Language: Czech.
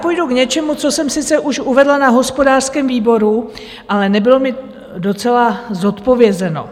Půjdu k něčemu, co jsem sice už uvedla na hospodářském výboru, ale nebylo mi docela zodpovězeno.